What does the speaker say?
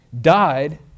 died